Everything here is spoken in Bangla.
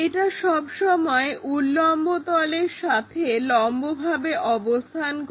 এটা সবসময় উল্লম্ব তলের সাথে লম্বভাবে অবস্থান করে